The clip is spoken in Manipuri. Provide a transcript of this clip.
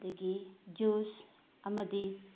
ꯑꯗꯒꯤ ꯖꯨꯁ ꯑꯃꯗꯤ